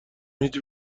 هیچ